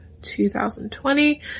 2020